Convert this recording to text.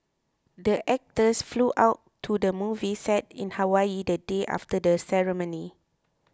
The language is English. the actors flew out to the movie set in Hawaii the day after the ceremony